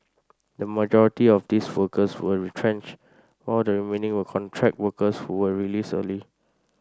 the majority of these workers were retrenched while the remaining were contract workers who were released early